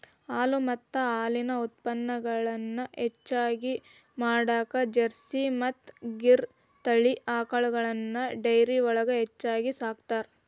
ಹಾಲು ಮತ್ತ ಹಾಲಿನ ಉತ್ಪನಗಳನ್ನ ಹೆಚ್ಚಗಿ ಮಾಡಾಕ ಜರ್ಸಿ ಮತ್ತ್ ಗಿರ್ ತಳಿ ಆಕಳಗಳನ್ನ ಡೈರಿಯೊಳಗ ಹೆಚ್ಚಾಗಿ ಸಾಕ್ತಾರ